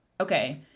okay